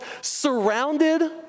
surrounded